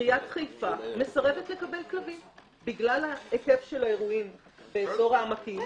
עיריית חיפה מסרבת לקבל כלבים בגלל ההיקף של האירועים באזור העמקים,